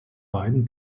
beiden